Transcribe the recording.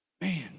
Man